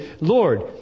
Lord